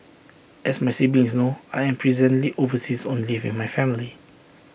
as my siblings know I am presently overseas on leave with my family